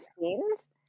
scenes